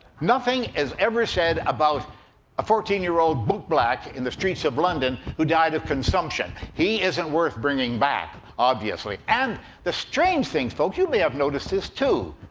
nothing is ever said about a fourteen year-old bootblack in the streets of london who died of consumption. he isn't worth bringing back, obviously. and the strange thing folks, you may have noticed this too.